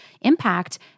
impact